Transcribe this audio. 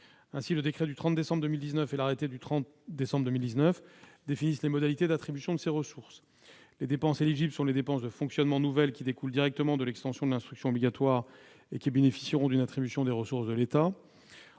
Ainsi, le décret du 30 décembre 2019 et l'arrêté du 30 décembre 2019 définissent les modalités d'attribution de ces ressources : les dépenses éligibles sont les dépenses de fonctionnement nouvelles qui découlent directement de l'extension de l'instruction obligatoire et qui bénéficieront d'une attribution de ressources de l'État.